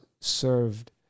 served